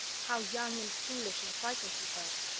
how young and foolish and frightened he felt?